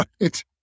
right